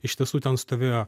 iš tiesų ten stovėjo